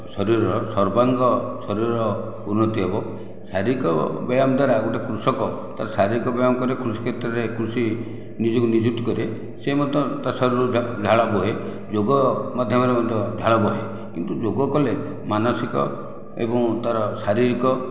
ଶରୀରର ସର୍ବାଙ୍ଗ ଶରୀରର ଉନ୍ନତି ହେବ ଶାରୀରିକ ବ୍ୟାୟାମ ଦ୍ଵାରା ଗୋଟିଏ କୃଷକ ତା ଶାରୀରିକ ବ୍ୟାୟାମ କଲେ କୃଷି କ୍ଷେତ୍ରରେ କୃଷି ନିଜକୁ ନିଯୁକ୍ତି କରେ ସେ ମଧ୍ୟ ତା ଶରୀରରୁ ଝାଳ ବୋହେ ଯୋଗ ମାଧ୍ୟମରେ ମଧ୍ୟ ଝାଳ ବୋହେ କିନ୍ତୁ ଯୋଗ କଲେ ମାନସିକ ଏବଂ ତାର ଶାରୀରିକ